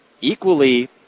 Equally